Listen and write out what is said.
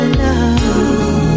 love